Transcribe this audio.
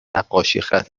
نقاشیخط